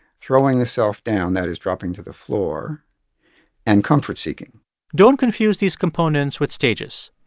throwing the self down that is, dropping to the floor and comfort-seeking don't confuse these components with stages.